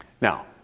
Now